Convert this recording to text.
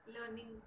Learning